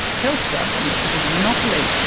telstra used to be a monopoly.